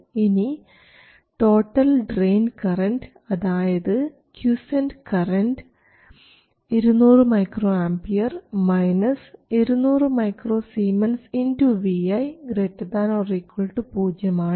ഇനി total drain current അതായത് quiescent current 200 µA 200 µS vi ≥ 0 ആണ്